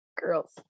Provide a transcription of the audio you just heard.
girls